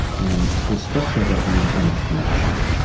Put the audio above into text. and the structure of our brain is one of connection.